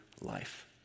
life